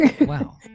Wow